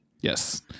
yes